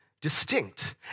distinct